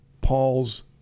Paul's